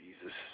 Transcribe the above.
Jesus